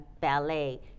ballet